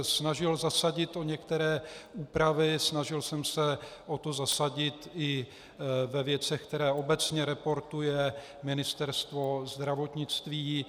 Snažil jsem se zasadit o některé úpravy, snažil jsem se o to zasadit i ve věcech, které obecně reportuje Ministerstvo zdravotnictví.